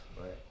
right